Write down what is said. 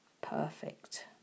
Perfect